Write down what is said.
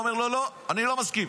הוא אומר לו: לא, אני לא מסכים,